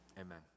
amen